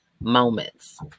moments